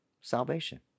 salvation